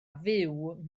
fyw